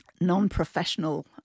non-professional